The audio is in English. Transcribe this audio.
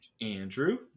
Andrew